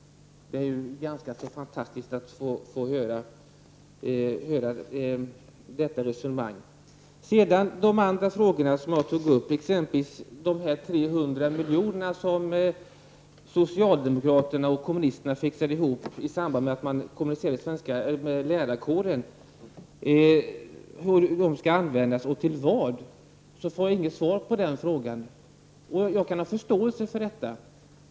Det är ganska fantastiskt att få höra detta resonemang. De andra frågor som jag tog upp, särskilt vad de 300 miljonerna, som socialdemokraterna och kommunisterna kom överens om i samband med att de kommunicerade med lärarkåren, skall användas till, fick jag inget svar på. Jag kan ha förståelse för detta.